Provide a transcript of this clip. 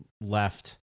left